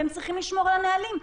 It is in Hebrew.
והם צריכים לשמור על הנהלים.